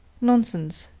nonsense,